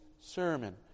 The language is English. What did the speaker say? sermon